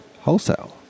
wholesale